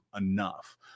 enough